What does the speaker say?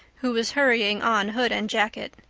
who was hurrying on hood and jacket.